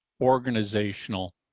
organizational